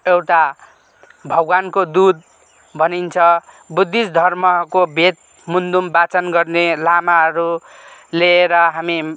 एउटा भगवानको दुत भनिन्छ बुद्धिस्ट धर्मको वेद मुनधुम वाचन गर्ने लामाहरू लिएर हामी